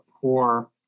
poor